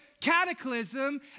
cataclysm